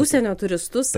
užsienio turistus